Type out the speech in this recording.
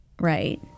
right